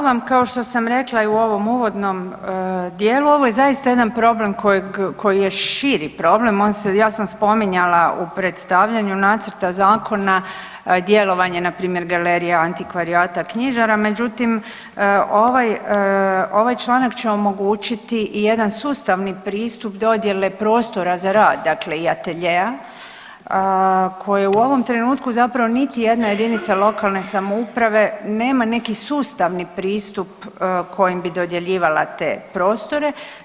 Hvala vam, kao što sam rekla i u ovom uvodnom dijelu ovo je zaista jedan problem kojeg, koji je širi problem, on se, ja sam spominjala u predstavljanju nacrta zakona djelovanje npr. galerija, antikvarijata, knjižara međutim ovaj, ovaj članak će omogućiti i jedan sustavni pristup dodjele prostora za rad, dakle i atelja koje u ovom trenutku zapravo niti jedna jedinica lokalne samouprave nema neki sustavni pristup kojim bi dodjeljivala te prostore.